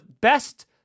best